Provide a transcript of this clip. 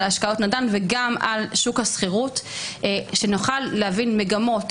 השקעות נדל"ן וגם על שוק השכירות כדי שנוכל להבין מגמות